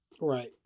Right